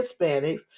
Hispanics